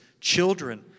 children